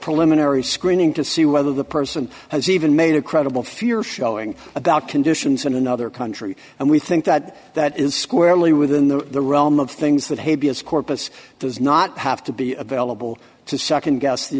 preliminary screening to see whether the person has even made a credible fear showing about conditions in another country and we think that that is squarely within the realm of things that habeas corpus does not have to be available to nd guess the